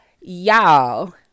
y'all